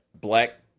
Black